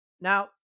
Now